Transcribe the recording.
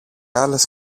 άλλες